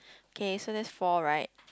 okay so that's four right